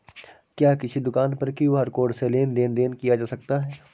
क्या किसी दुकान पर क्यू.आर कोड से लेन देन देन किया जा सकता है?